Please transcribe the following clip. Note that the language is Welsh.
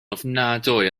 ofnadwy